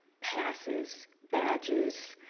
passes, badges,